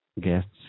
guests